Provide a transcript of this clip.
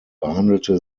behandelte